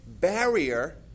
barrier